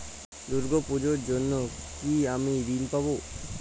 দুর্গা পুজোর জন্য কি আমি ঋণ পাবো?